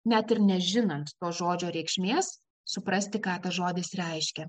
net ir nežinant to žodžio reikšmės suprasti ką tas žodis reiškia